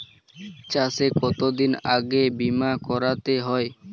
চাষে কতদিন আগে বিমা করাতে হয়?